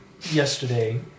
Yesterday